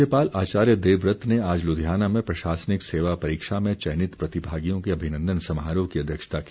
राज्यपाल आचार्य देवव्रत ने आज लुधियाना में प्रशासनिक सेवा परीक्षा में चयनित प्रतिभागियों के अभिनन्दन समारोह की अध्यक्षता की